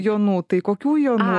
jonų tai kokių jonų